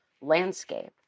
landscape